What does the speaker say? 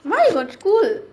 why you got school